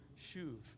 shuv